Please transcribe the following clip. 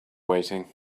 waiting